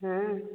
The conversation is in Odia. ହଁ